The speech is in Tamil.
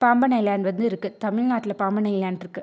பாம்பன் ஐலண்ட் வந்து இருக்குது தமிழ்நாட்டில் பாம்பன் ஐலண்ட் இருக்குது